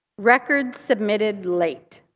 records submitted late.